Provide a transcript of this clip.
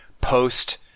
post –